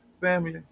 family